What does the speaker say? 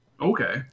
okay